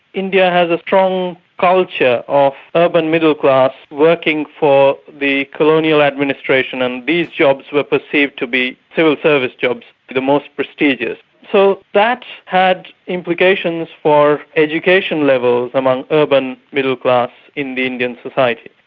india has a strong culture of urban middle class working for the colonial administration and these jobs were perceived to be civil service jobs, the most prestigious. so that had implications for education levels among urban middle-class in the indian society.